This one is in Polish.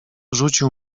rzucił